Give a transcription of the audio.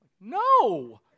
No